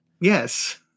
Yes